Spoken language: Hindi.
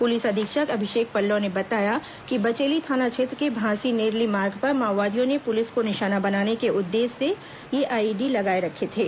पुलिस अधीक्षक अभिषेक पल्लव ने बताया कि बचेली थाना क्षेत्र के भांसी नेरली मार्ग पर माओवादियों ने पुलिस को निशाना बनाने को उद्देश्य से ये आईईडी लगा रखे थे